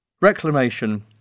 Reclamation